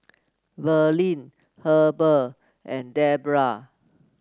Verlie Heber and Debra